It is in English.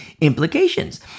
implications